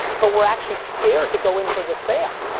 but were actually scared to go in for the sale.